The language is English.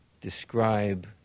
describe